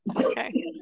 Okay